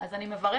אז אני מברכת,